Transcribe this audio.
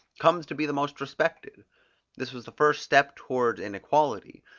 comes to be the most respected this was the first step towards inequality,